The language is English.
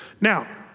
Now